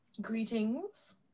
Greetings